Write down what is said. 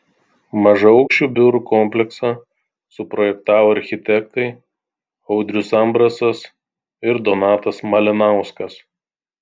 mažaaukščių biurų kompleksą suprojektavo architektai audrius ambrasas ir donatas malinauskas